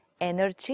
Energy